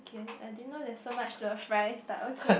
K I didn't know there's so much to a fries but okay